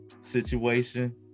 situation